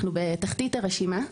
אנחנו בתחתית הרשימה.